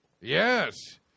Yes